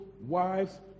wives